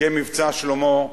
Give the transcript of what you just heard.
כ"מבצע שלמה",